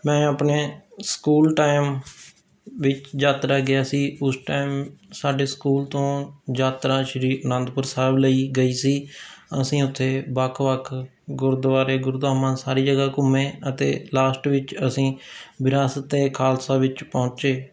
ਮੈਂ ਆਪਣੇ school time ਵਿੱਚ ਯਾਤਰਾ ਗਿਆ ਸੀ ਉਸ ਟਾਈਮ ਸਾਡੇ ਸਕੂਲ ਤੋਂ ਯਾਤਰਾ ਸ੍ਰੀ ਅਨੰਦਪੁਰ ਸਾਹਿਬ ਲਈ ਗਈ ਸੀ ਅਸੀਂ ਉੱਥੇ ਵੱਖ ਵੱਖ ਗੁਰਦੁਆਰੇ ਗੁਰਧਾਮਾਂ ਸਾਰੀ ਜਗ੍ਹਾ ਘੁੰਮੇ ਅਤੇ ਲਾਸਟ ਵਿੱਚ ਅਸੀਂ ਵਿਰਾਸਤ ਏ ਖਾਲਸਾ ਵਿੱਚ ਪਹੁੰਚੇ